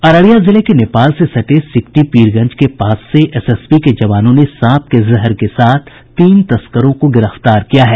अररिया जिले के नेपाल से सटे सिकटी पीरगंज के पास से एसएसबी के जवानों ने सांप के जहर के साथ तीन तस्करों को गिरफ्तार किया है